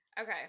Okay